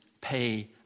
pay